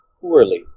poorly